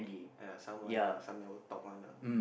ya some I know ah some never talk one ah